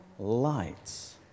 Lights